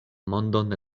mondon